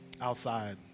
outside